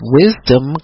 wisdom